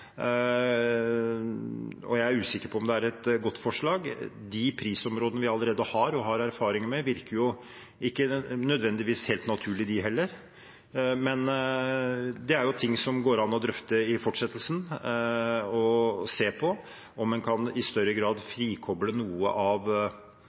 Jeg er usikker på om det er et godt forslag. De prisområdene vi allerede har og har erfaringer med, virker ikke nødvendigvis helt naturlige, de heller. Men det er noe som det går an å drøfte og se på i fortsettelsen – om en i større grad